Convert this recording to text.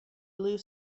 blue